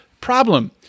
Problem